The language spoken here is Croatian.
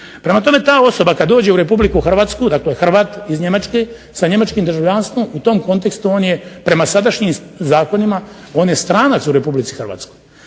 Prema tome, ta osoba kada dođe u RH dakle Hrvat iz Njemačke sa njemačkim državljanstvom u tom kontekstu on je prama sadašnjim zakonima on je stranac u RH.